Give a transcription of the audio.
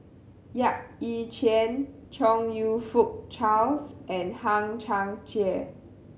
Yap Ee Chian Chong You Fook Charles and Hang Chang Chieh